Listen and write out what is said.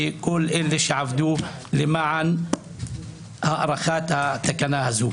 וכל אלה שעבדו למען הארכת התקנה הזו,